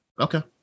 Okay